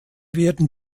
werden